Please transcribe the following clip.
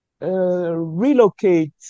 relocate